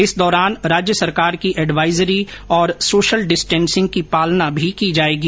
इस दौरान राज्य सरकार की एडवाईजरी और सोशल डिस्टेनसिंग की पालना भी की जाएगी